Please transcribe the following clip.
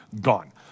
gone